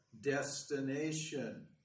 destination